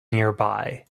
nearby